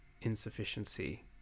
insufficiency